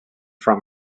from